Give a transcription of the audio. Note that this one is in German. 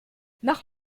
noch